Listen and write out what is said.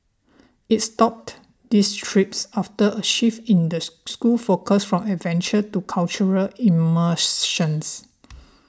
it stopped these trips after a shift in the school's focus from adventure to cultural immersion